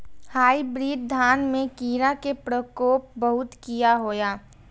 Hybrid धान में कीरा के प्रकोप बहुत किया होया?